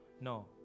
No